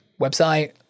website